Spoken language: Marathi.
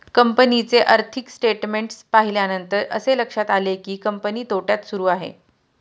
कंपनीचे आर्थिक स्टेटमेंट्स पाहिल्यानंतर असे लक्षात आले की, कंपनी तोट्यात सुरू आहे